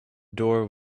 door